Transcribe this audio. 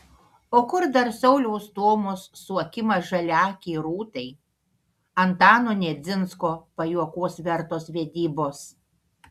o kur dar sauliaus stomos suokimas žaliaakei rūtai antano nedzinsko pajuokos vertos vedybos